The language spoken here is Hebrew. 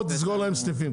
או תסגור להם סניפים,